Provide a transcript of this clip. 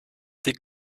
die